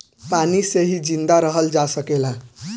पानी से ही जिंदा रहल जा सकेला